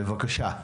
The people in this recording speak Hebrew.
בבקשה,